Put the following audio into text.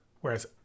whereas